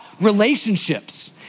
relationships